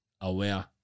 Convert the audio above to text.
aware